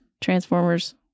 Transformers